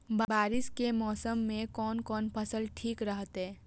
बारिश के मौसम में कोन कोन फसल ठीक रहते?